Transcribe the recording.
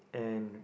and